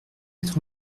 quatre